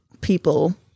people